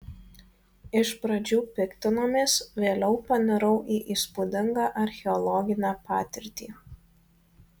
iš pradžių piktinomės vėliau panirau į įspūdingą archeologinę patirtį